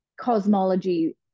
cosmology